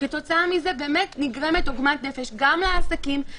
וכתוצאה מזה נגרמת עגמת נפש גם לעסקים,